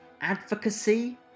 advocacy